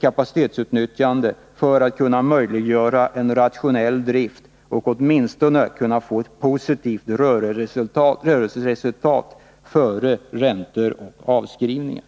kapacitetsutnyttjande för att möjliggöra en rationell drift och hur de åtminstone skall kunna få ett positivt rörelseresultat före räntor och avskrivningar.